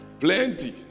Plenty